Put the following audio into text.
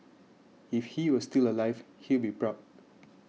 if he was still alive he'd be proud